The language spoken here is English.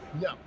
No